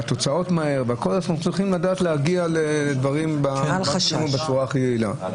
אתם צריכים לדעת להגיע לדברים בצורה הכי יעילה.